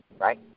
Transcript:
right